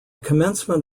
commencement